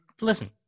listen